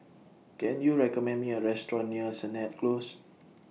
Can YOU recommend Me A Restaurant near Sennett Close